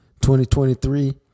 2023